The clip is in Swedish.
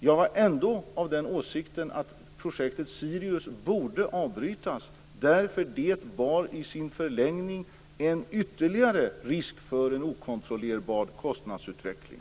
Jag var ändå av den åsikten att projektet Sirius borde avbrytas, därför att det i sin förlängning innebar en ytterligare risk för en okontrollerbar kostnadsutveckling.